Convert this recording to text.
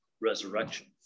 resurrection